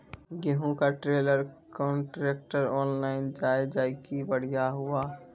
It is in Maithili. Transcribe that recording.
गेहूँ का ट्रेलर कांट्रेक्टर ऑनलाइन जाए जैकी बढ़िया हुआ